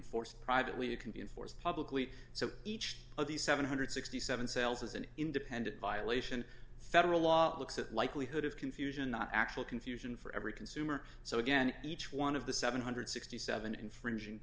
enforced privately it can be enforced publicly so each of the seven hundred and sixty seven dollars cells is an independent violation federal law looks at likelihood of confusion not actual confusion for every consumer so again each one of the seven hundred and sixty seven dollars infringing